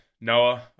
Noah